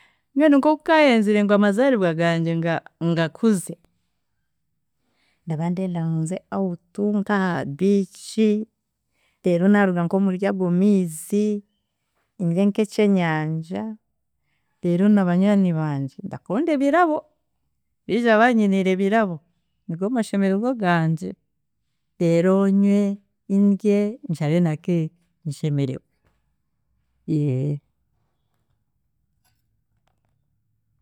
Mbwenu niimuka nk’omukasheeshe nkashanga ahasiimu yangye hariho omuntu arikunyeeta ngu mutwarire ekintu, aho nyowe nda naabara eizooba ryangye nk’eryokushemeregwa, kuba nda ndamanya ngu naakubona akaseete kangye keri eizooba, rero eizooba rirenge nshemeriigwe.